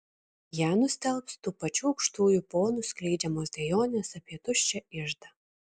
ją nustelbs tų pačių aukštųjų ponų skleidžiamos dejonės apie tuščią iždą